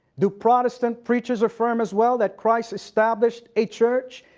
do protestant preachers affirm as well that christ established a church?